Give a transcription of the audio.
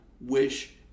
wish